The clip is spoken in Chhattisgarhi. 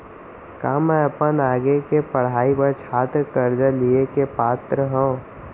का मै अपन आगे के पढ़ाई बर छात्र कर्जा लिहे के पात्र हव?